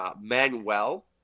Manuel